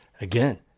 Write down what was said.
again